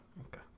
Okay